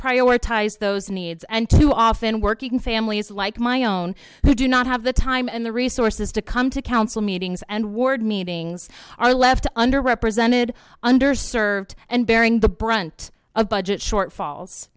prioritize those needs and too often working families like my own who do not have the time and the resources to come to council meetings and ward meetings are left underrepresented underserved and bearing the brunt of budget shortfalls